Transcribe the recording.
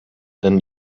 than